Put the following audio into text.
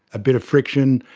a bit of friction.